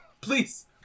Please